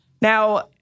Now